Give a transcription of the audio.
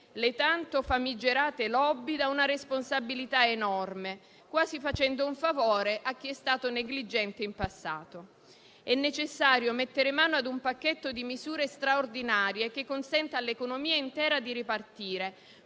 le tanto famigerate *lobby* da una responsabilità enorme, facendo quasi un favore a chi è stato negligente in passato. È necessario mettere mano ad un pacchetto di misure straordinarie che consenta all'economia intera di ripartire